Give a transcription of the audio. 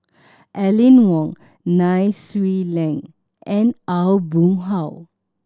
Aline Wong Nai Swee Leng and Aw Boon Haw